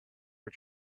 are